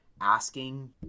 asking